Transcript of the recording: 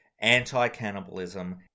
anti-cannibalism